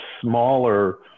smaller